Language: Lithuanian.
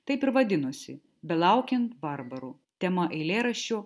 taip ir vadinosi belaukiant barbarų tema eilėraščio